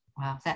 Wow